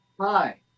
Hi